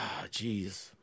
Jeez